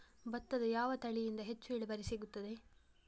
ಭತ್ತದ ಯಾವ ತಳಿಯಿಂದ ಹೆಚ್ಚು ಇಳುವರಿ ಸಿಗುತ್ತದೆ?